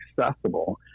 accessible